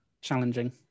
Challenging